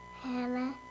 Hannah